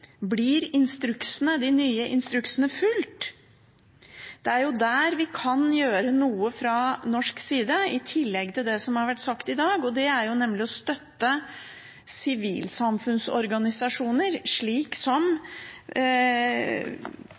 Blir de nye instruksene fulgt? Det er der vi kan gjøre noe fra norsk side i tillegg til det som har vært sagt i dag, nemlig ved å støtte sivilsamfunnsorganisasjoner, men også Military Court Watch eller andre frivillige organisasjoner, som